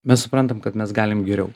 mes suprantam kad mes galim geriau